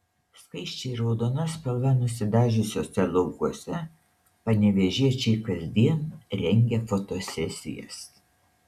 skaisčiai raudona spalva nusidažiusiuose laukuose panevėžiečiai kasdien rengia fotosesijas